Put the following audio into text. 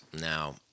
now